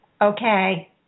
Okay